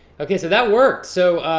okay, so that worked. so,